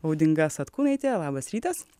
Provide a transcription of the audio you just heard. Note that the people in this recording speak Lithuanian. audinga satkūnaitė labas rytas